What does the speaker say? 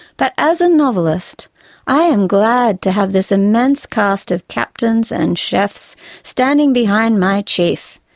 but as a novelist i am glad to have this immense cast of captains and chefs standing behind my chief,